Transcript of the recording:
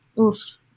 Oof